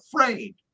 afraid